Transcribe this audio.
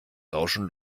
rauschen